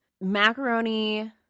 macaroni